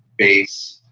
bass,